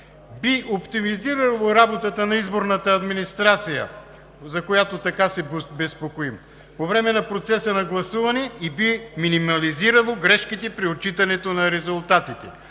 би оптимизирало работата на изборната администрация“, за която така се безпокоим, „по време на процеса на гласуване и би минимизирало грешките при отчитането на резултатите“.